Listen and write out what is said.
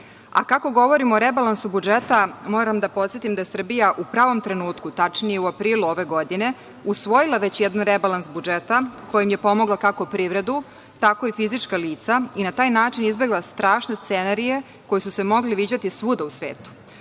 A, kako govorimo o rebalansu budžeta, moram da podsetim da je Srbija u pravom trenutku, tačnije u aprilu ove godine, usvojila već jedan rebalans budžeta, kojim je pomogla kako privredu, tako i fizička lica i na taj način izbegla strašne scenarije koji su se mogli viđati svuda u svetu,